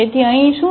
તેથી અહીં શું થશે